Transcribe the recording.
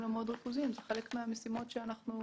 מאוד ריכוזיים הם חלק מהמשימות שאנחנו